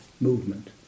movement